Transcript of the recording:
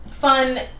fun